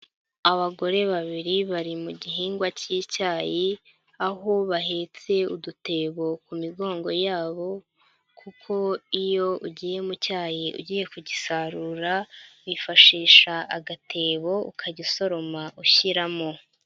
Abagore babiri bari mu gihingwa cy'icyayi, aho bahetse udutebo ku migongo yabo kuko iyo ugiye mu cyayi ugiye kugisarura, wifashisha agatebo ukajya usoroma ushyiramo.